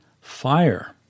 fire